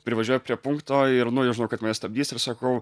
privažiuoju prie punkto ir nu jau žinau kad mane stabdys ir sakau